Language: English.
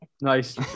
nice